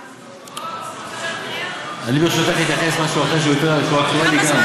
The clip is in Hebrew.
אני, ברשותך, אתייחס למשהו אחר, שגם הוא אקטואלי.